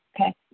Okay